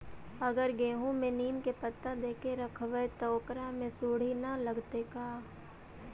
अगर गेहूं में नीम के पता देके यखबै त ओकरा में सुढि न लगतै का?